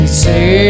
say